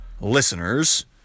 listeners